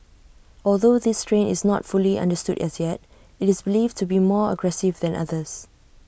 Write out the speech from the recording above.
although this strain is not fully understood as yet IT is believed to be more aggressive than others